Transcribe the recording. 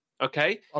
Okay